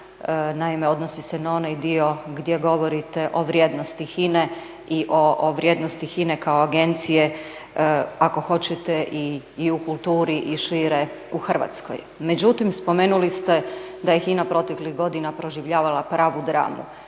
Naime, odnosi se na onaj dio gdje govorite o vrijednosti HINA-e i o vrijednosti HINA-e kao agencije ako hoćete i u kulturi i šire u Hrvatskoj. Međutim, spomenuli ste da je HINA proteklih godina proživljavala pravu dramu.